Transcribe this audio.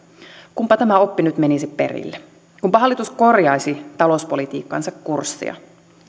kunpa tämä oppi nyt menisi perille kunpa hallitus korjaisi talouspolitiikkansa kurssia